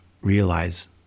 realize